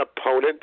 opponent